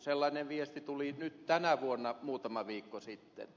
sellainen viesti tuli nyt tänä vuonna muutama viikko sitten